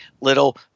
little